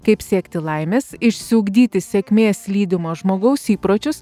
kaip siekti laimės išsiugdyti sėkmės lydimo žmogaus įpročius